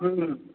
हुँ